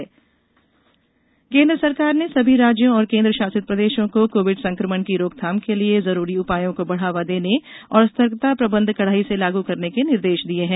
केन्द्र निर्देश केन्द्र सरकार ने सभी राज्यों और केन्द्र शासित प्रदेशों को कोविड संक्रमण की रोकथाम के लिये जरूरी उपायों को बढ़ावा देने और सतर्कता प्रबंध कड़ाई से लागू करने के निर्देश दिये हैं